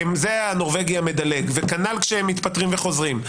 זה "הנורבגי המדלג", וכנ"ל כשהם מתפטרים וחוזרים.